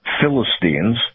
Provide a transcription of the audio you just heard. philistines